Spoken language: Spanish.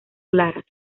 claras